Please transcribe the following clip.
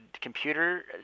computer